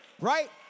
right